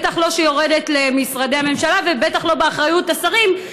בטח לא שיורדת למשרדי הממשלה ובטח לא באחריות השרים,